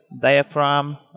diaphragm